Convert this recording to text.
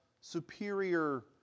superior